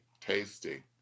Tasty